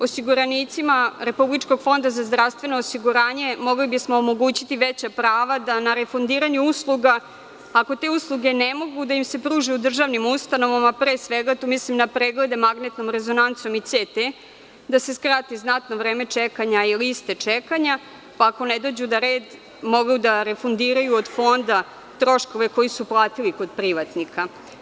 Osiguranicima Republičkog fonda za zdravstveno osiguranje mogli bismo omogućiti veća prava da na refundiranju usluga, ako te usluge ne mogu da im se pruže u državnim ustanovama, pre svega tu mislim na preglede magnetnom rezonancom i CT, da se skrati znatno vreme čekanja i liste čekanja, pa ako ne dođu na red mogu da refundiraju od Fonda troškove koji su platili kod privatnika.